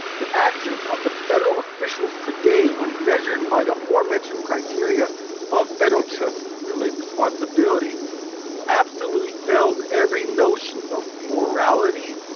the actions of the federal officials today when measured by the aforementioned criteria of federal trust's relate responsibility absolutely fails every notion of morality,